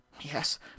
yes